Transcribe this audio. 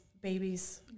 babies